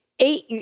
Eight